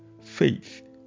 Faith